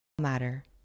matter